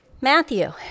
matthew